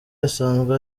asanzwe